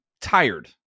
tired